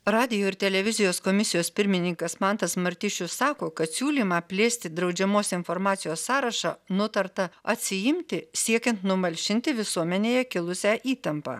radijo ir televizijos komisijos pirmininkas mantas martišius sako kad siūlymą plėsti draudžiamos informacijos sąrašą nutarta atsiimti siekiant numalšinti visuomenėje kilusią įtampą